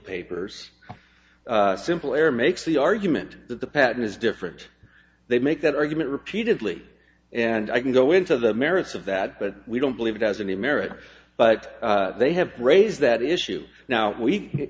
papers a simple error makes the argument that the patent is different they make that argument repeatedly and i can go into the merits of that but we don't believe it as an american but they have raised that issue now we